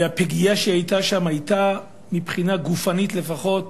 והפגיעה שהיתה שם היתה, מבחינה גופנית לפחות,